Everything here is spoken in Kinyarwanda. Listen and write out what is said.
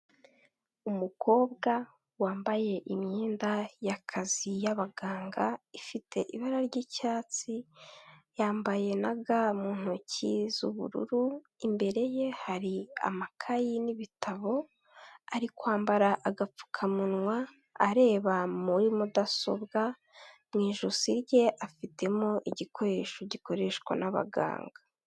Umukobwa wambaye imyenda y'akazi y'abaganga ifite ibara ry'icyatsi yambaye na ga mu ntoki z'ubururu imbere ye hari amakayi n'ibitabo ari kwambara agapfukamunwa areba muri mudasobwa mu ijosi rye afitemo igikoresho gikoreshwa n'abaganga.